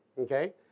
okay